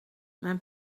mijn